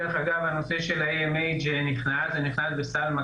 דרך אגב הנושא של ה AMH נכנס לסל,